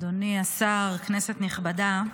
אדוני השר, כנסת נכבדה,